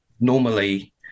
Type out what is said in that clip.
normally